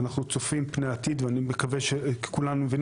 ואנחנו צופים פני עתיד ואני מקווה שכולם מבינים